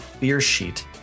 Beersheet